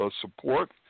support